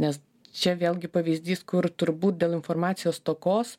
nes čia vėlgi pavyzdys kur turbūt dėl informacijos stokos